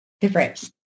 difference